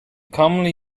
commonly